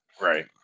Right